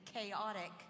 chaotic